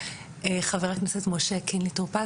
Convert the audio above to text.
חבר הכנסת משה קינלי טור פז,